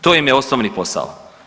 To im je osnovni posao.